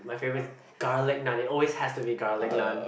my favourite garlic naan it always has to be garlic naan